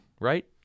right